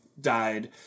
died